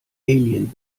alien